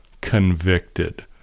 convicted